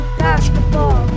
basketball